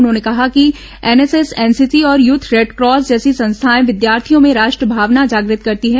उन्होंने कहा कि एनएसएस एनसीसी और यूथ रेडक्रॉस जैसी संस्थाएं विद्यार्थियों में राष्ट्र भावना जागृत करती है